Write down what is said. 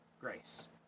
grace